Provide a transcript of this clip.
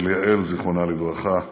וליעל, זיכרונה לברכה,